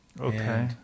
Okay